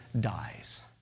dies